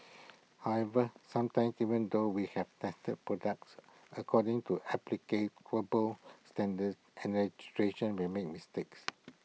however sometimes even though we have tested products according to applicable standards and legislation we make mistakes